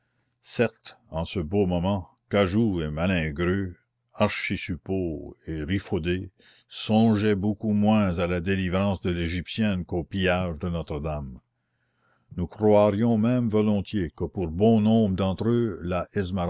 certes en ce beau moment cagoux et malingreux archisuppôts et rifodés songeaient beaucoup moins à la délivrance de l'égyptienne qu'au pillage de notre-dame nous croirions même volontiers que pour bon nombre d'entre eux la